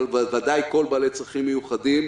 אבל בוודאי כל בעלי הצרכים המיוחדים.